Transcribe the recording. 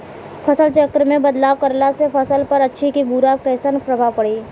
फसल चक्र मे बदलाव करला से फसल पर अच्छा की बुरा कैसन प्रभाव पड़ी?